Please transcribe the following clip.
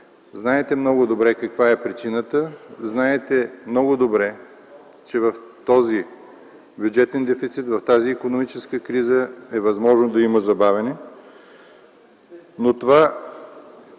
Знаете много добре каква е причината. Знаете много добре, че в този бюджетен дефицит, в тази икономическа криза е възможно да има забавяне, но самото